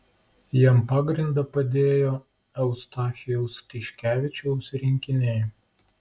jam pagrindą padėjo eustachijaus tiškevičiaus rinkiniai